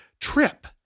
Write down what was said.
trip